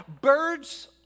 Birds